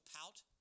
pout